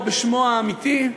או בשמו האמיתי,